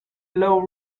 low